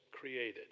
created